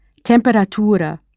temperatura